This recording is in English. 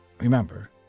Remember